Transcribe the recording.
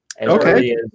Okay